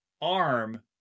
arm